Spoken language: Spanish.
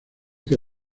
que